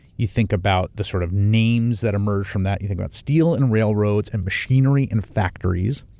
you think about the sort of names that emerged from that, you think about steel and railroads and machinery and factories,